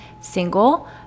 single